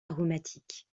aromatique